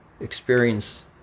experience